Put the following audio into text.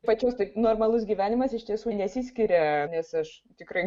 pačios tai normalus gyvenimas iš tiesų nesiskiria nes aš tikrai